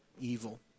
evil